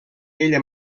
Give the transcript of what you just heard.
ella